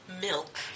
milk